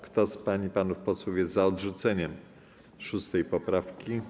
Kto z pań i panów posłów jest za odrzuceniem 6. poprawki,